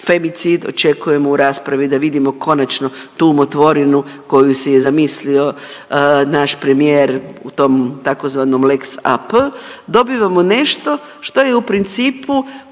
femicid, očekujemo u raspravi da vidimo konačno tu umotvorinu koju si je zamislio naš premijer u tom tzv. lex AP. Dobivamo nešto što je u principu